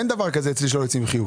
אין דבר כזה שלא יוצאים עם חיוך.